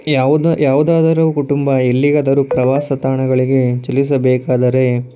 ಯಾವ್ದು ಯಾವುದಾದರೂ ಕುಟುಂಬ ಎಲ್ಲಿಗಾದರೂ ಪ್ರವಾಸ ತಾಣಗಳಿಗೆ ಚಲಿಸಬೇಕಾದರೆ